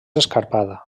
escarpada